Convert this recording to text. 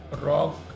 rock